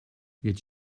jetzt